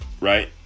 right